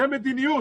זו מדיניות.